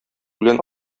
үлән